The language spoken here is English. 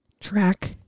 Track